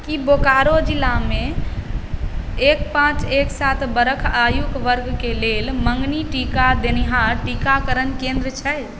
की बोकारो जिलामे एक पाँच एक सात बरख आयु वर्गके लेल मँगनी टीका देनिहार टीकाकरण केन्द्र छै